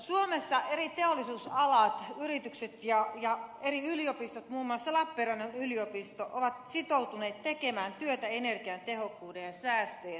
suomessa eri teollisuusalat yritykset ja eri yliopistot muun muassa lappeenrannan yliopisto ovat sitoutuneet tekemään työtä energiatehokkuuden ja säästöjen aikaansaamiseksi